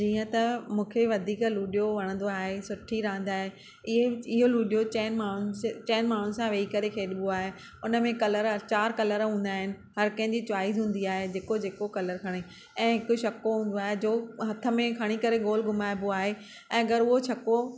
ईअं त मूंखे वधीक लूडियो वणंदो आहे सुठी रांदि आहे इहे इहो लूडियो चयनि माण्हुनि सां वेही करे खेॾिबो आहे उन में कलरु चारि कलर हूंदा आहिनि हर कंहिंजी चॉइस हूंदी आहे जेको जेको कलरु खणे ऐं हिकु छको हूंदो आहे जो हथ में खणी करे गोल घुमाइबो आहे ऐं अगरि उहो छको